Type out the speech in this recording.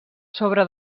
sobre